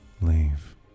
Leave